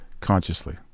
Consciously